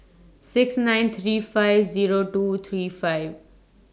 six nine three five Zero two three five